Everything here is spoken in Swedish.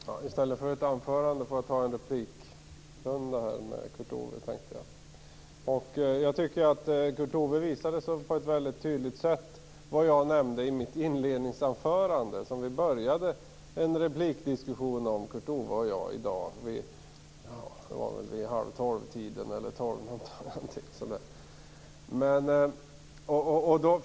Fru talman! I stället för att hålla något anförande får jag replikera Kurt Ove Johansson. Jag tycker att Kurt Ove Johansson på ett mycket tydligt sätt visade vad jag nämnde i mitt inledningsanförande och som Kurt Ove Johansson och jag påbörjade en replikdiskussion om i dag vid halvtolvtiden eller tolvtiden.